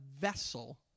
vessel